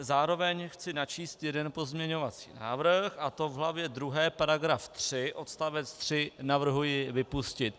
Zároveň chci načíst jeden pozměňovací návrh, a to v hlavě druhé § 3 odst. 3 navrhuji vypustit.